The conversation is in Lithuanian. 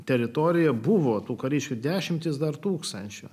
teritorija buvo tų kariškių dešimtys dar tūkstančio